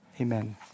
Amen